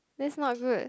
that's not good